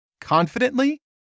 confidently